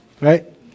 Right